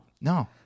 No